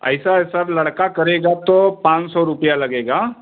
ऐसा ऐसा लड़का करेगा तो पाँच सौ रूपया लगेगा